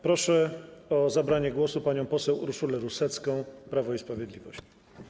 Proszę o zabranie głosu panią poseł Urszulę Rusecką, Prawo i Sprawiedliwość.